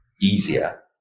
easier